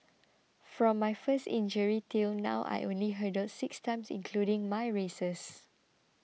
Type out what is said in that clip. from my first injury till now I only hurdled six times including my races